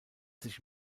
sich